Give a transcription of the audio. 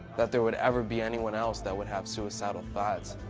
that there would ever be anyone else that would have suicidal thoughts.